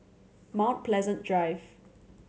Mount Pleasant Drive